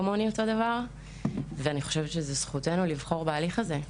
כמוני ולדעתי זו זכותנו לבחור בהליך הזה.